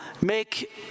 make